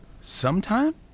Sometime